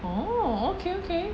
oh okay okay